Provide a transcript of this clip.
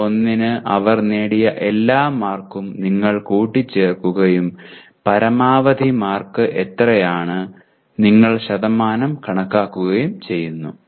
CO1 ന് അവർ നേടിയ എല്ലാ മാർക്കും നിങ്ങൾ കൂട്ടിച്ചേർക്കുകയും പരമാവധി മാർക്ക് എത്രയാണ് നിങ്ങൾ ശതമാനം കണക്കാക്കുകയും ചെയ്യുന്നു